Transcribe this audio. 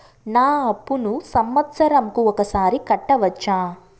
నా అప్పును సంవత్సరంకు ఒకసారి కట్టవచ్చా?